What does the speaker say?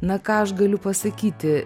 na ką aš galiu pasakyti